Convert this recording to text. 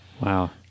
wow